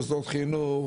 מוסדות חינוך,